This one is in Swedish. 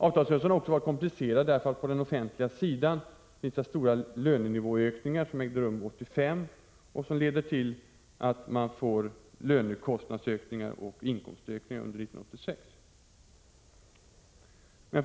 Avtalsrörelsen har också varit komplicerad därför att de stora lönenivåökningar som ägde rum på den offentliga sidan 1985 har lett till lönekostnadsökningar och inkomstökningar 1986.